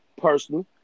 personally